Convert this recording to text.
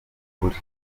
ukuri